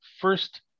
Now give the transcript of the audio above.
first